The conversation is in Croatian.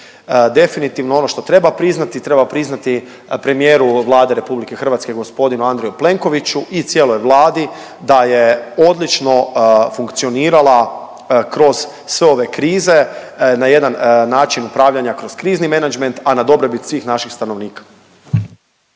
Definitivno ono što treba priznati, treba priznati premijeru Vlade RH, g. Andreju Plenkoviću i cijeloj Vladi da je odlično funkcionirala kroz sve ove krize, na jedan način upravljanja kroz krizni menadžment, a na dobrobit svih naših stanovnika.